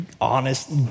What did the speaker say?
honest